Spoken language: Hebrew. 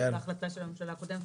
זאת החלטה של הממשלה הקודמת,